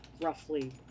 Roughly